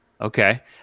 Okay